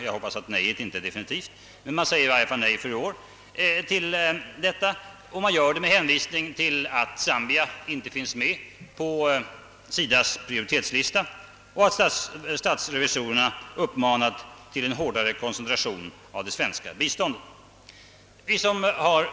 Jag hoppas att detta nej inte är definitivt, men det säger i varje fall nej för i år till detta::Det gör det med hänvisning till att. Zambia inte finns med på SIDA:s prioritetslista och att statsrevisorerna uppmanat till en hårdare koncentration av det .svenska biståndet. Vi som har.